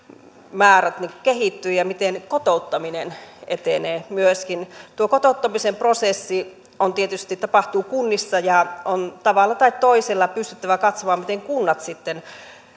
määrät kehittyvät ja miten myöskin kotouttaminen etenee tuo kotouttamisen prosessi tietysti tapahtuu kunnissa ja on tavalla tai toisella pystyttävä katsomaan miten kunnat sitten